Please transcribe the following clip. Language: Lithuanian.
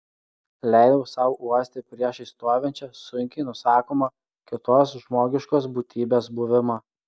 leidau sau uosti priešais stovinčią sunkiai nusakomą kitos žmogiškos būtybės buvimą